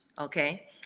okay